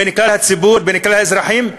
נקרא לציבור ונקרא לאזרחים,